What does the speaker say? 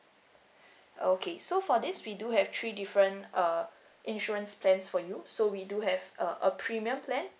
okay so for this we do have three different uh insurance plans for you so we do have uh a premium plan